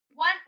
One